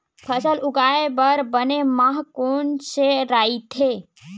फसल उगाये बर बने माह कोन से राइथे?